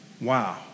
Wow